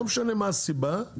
לא משנה מה הסיבה,